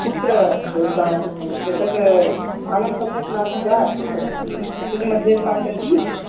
कुत्र भवता तु एतत् स्थानं सम्यक् नास्ति वा कुत्र फ्रि फ्रिज् मध्ये स्थापयन्ति